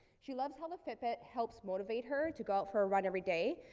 she loves how the fitbit helps motivate her to go out for a run every day.